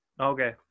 Okay